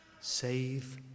Save